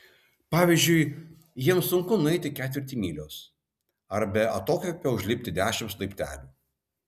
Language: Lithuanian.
pavyzdžiui jiems sunku nueiti ketvirtį mylios ar be atokvėpio užlipti dešimt laiptelių